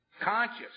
Conscious